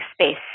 space